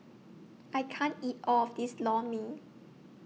I can't eat All of This Lor Mee